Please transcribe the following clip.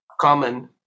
common